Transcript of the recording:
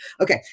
Okay